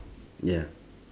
ya